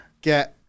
Get